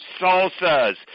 salsas